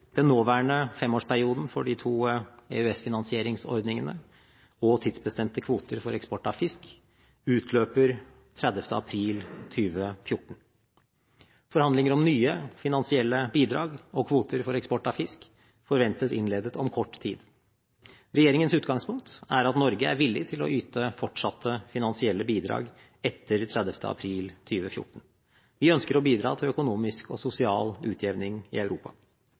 Den nåværende femårsperioden for de to EØS-finansieringsordningene og tidsbestemte kvoter for eksport av fisk utløper 30. april 2014. Forhandlinger om nye finansielle bidrag og kvoter for eksport av fisk forventes innledet om kort tid. Regjeringens utgangspunkt er at Norge er villig til å yte fortsatte finansielle bidrag etter 30. april 2014. Vi ønsker å bidra til økonomisk og sosial utjevning i Europa.